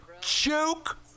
Joke